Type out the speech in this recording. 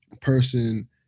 person